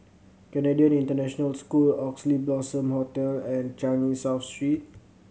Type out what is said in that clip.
Canadian International School Oxley Blossom Hotel and Changi South Street